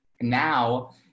Now